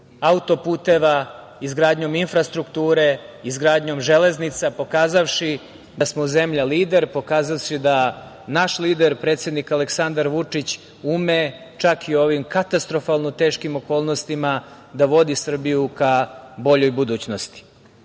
auto-puteva, izgradnjom infrastrukture, izgradnjom železnica, pokazavši da smo zemlja lider, pokazavši da naš lider predsednik Aleksandar Vučić ume, čak i u ovim katastrofalno teškom okolnostima, da vodi Srbiju ka boljoj budućnosti.I